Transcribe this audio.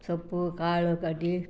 ಸೊಪ್ಪು ಕಾಳು ಕಡ್ಲೆ